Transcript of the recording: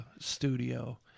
studio